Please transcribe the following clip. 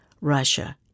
Russia